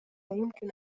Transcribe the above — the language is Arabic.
يمكن